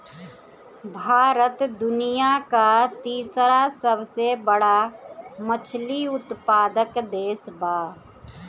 भारत दुनिया का तीसरा सबसे बड़ा मछली उत्पादक देश बा